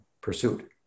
pursuit